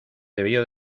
debió